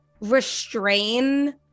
restrain